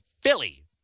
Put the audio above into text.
Philly